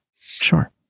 Sure